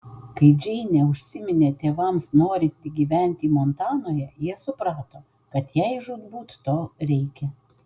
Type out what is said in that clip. kai džeinė užsiminė tėvams norinti gyventi montanoje jie suprato kad jai žūtbūt to reikia